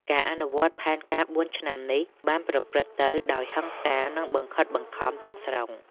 ការអនុវត្តផែនការបួនឆ្នាំនេះបានប្រព្រឹត្តទៅដោយ ហិង្សា និងបង្ខិតបង្ខំ ទាំងស្រុង។